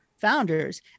founders